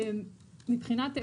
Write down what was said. אני רוצה להבהיר את סוגיית האכיפה.